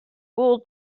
wool